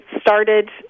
started